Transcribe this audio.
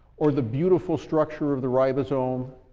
or the beautiful structure of the ribosome,